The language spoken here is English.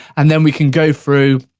and then we can go through,